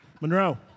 Monroe